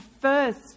first